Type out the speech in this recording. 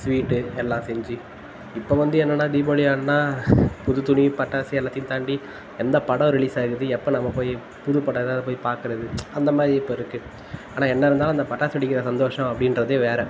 sweet எல்லாம் செஞ்சு இப்போ வந்து என்னென்னா தீபாவளியாக இருந்தால் புது துணி பட்டாசு எல்லாத்தையும் தாண்டி எந்த படம் ரிலீஸ் ஆகிருக்குது எப்போ நம்ம போய் புதுப்படம் ஏதாவது போய் பார்க்குறது அந்தமாதிரி இப்போ இருக்குது ஆனால் என்ன இருந்தாலும் அந்த பாட்டாசு வெடிக்கிற சந்தோஷம் அப்படின்றதே வேறு